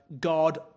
God